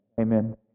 Amen